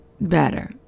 Better